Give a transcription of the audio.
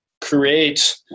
create